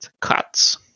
cuts